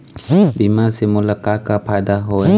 बीमा से मोला का का फायदा हवए?